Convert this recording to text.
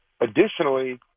Additionally